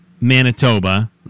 Manitoba